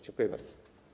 Dziękuję bardzo.